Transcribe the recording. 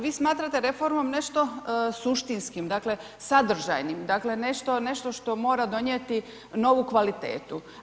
Vi smatrate reformom nešto suštinskim, dakle sadržajnim, dakle nešto što mora donijeti novu kvalitetu.